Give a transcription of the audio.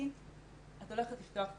שאמר לי: את הולכת לפתוח תיאטרון.